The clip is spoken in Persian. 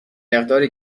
مقداری